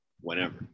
whenever